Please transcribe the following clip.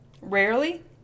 Rarely